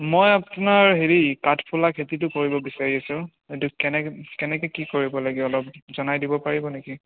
মই আপোনাৰ হেৰি কাঠফুলা খেতিটো কৰিব বিচাৰি আছো এইটো কেনেকৈ কেনেকৈ কি কৰিব লাগিব অলপ জনাই দিব পাৰিব নেকি